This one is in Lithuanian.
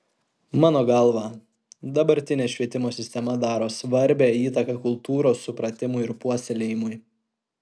mano galva dabartinė švietimo sistema daro svarbią įtaką kultūros supratimui ir puoselėjimui